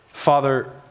Father